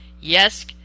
Yes